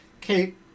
Kate